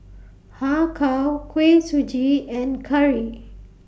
Har Kow Kuih Suji and Curry